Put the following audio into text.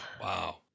Wow